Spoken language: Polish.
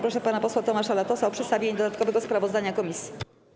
Proszę pana posła Tomasza Latosa o przedstawienie dodatkowego sprawozdania komisji.